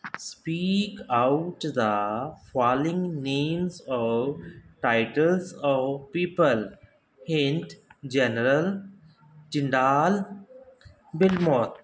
speak out the following names of titles of people hint general ਚਿੰਡਾਲ ਬਿਲਮੋਕ